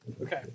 Okay